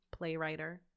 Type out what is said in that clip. playwriter